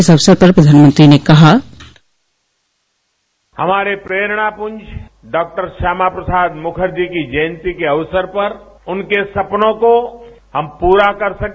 इस अवसर पर प्रधानमंत्री ने कहा हमारे प्रेरणा कृंज डॉ श्यामा प्रसाद मुखर्जी जी की जयंती के अवसर पर उनके सपनों को हम पूरा कर सके